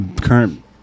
current